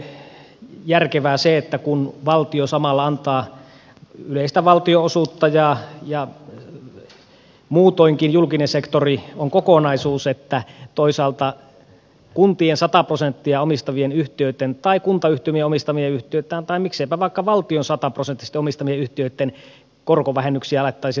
nimittäin ei ole järkevää kun valtio samalla antaa yleistä valtionosuutta ja muutoinkin julkinen sektori on kokonaisuus että toisaalta kuntien sataprosenttisesti omistamien yhtiöitten kuntayhtymien omistamien yhtiöitten tai mikseipä vaikka valtion sataprosenttisesti omistamien yhtiöitten korkovähennyksiä alettaisiin rajoittaa